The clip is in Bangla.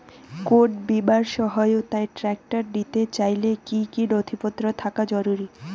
কোন বিমার সহায়তায় ট্রাক্টর নিতে চাইলে কী কী নথিপত্র থাকা জরুরি?